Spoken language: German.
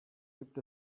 gibt